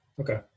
okay